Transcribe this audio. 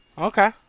Okay